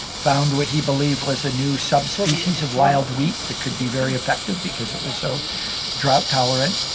found what he believed was a new subspecies of wild wheat that could be very effective because it was so drought tolerant.